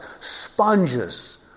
sponges